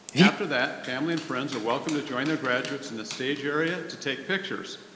after that, families and friends are welcome to join their graduates in the stage area to take pictures.